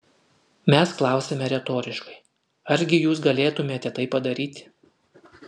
mes klausiame retoriškai argi jus galėtumėte tai padaryti